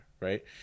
Right